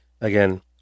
again